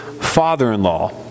father-in-law